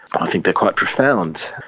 i think they're quite profound.